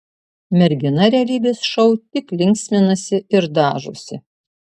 mergina realybės šou tik linksminasi ir dažosi